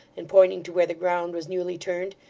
and pointing to where the ground was newly turned,